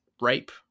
rape